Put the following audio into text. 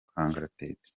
kangaratete